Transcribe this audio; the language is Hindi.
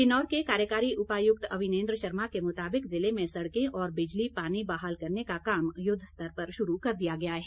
किन्नौर के कार्यकारी उपायुक्त अविनेन्द्र शर्मा के मुताबिक जिले में सड़कें और बिजली पानी बहाल करने का काम युद्धस्तर पर शुरू कर दिया गया है